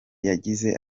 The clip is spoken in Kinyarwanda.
yagize